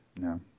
No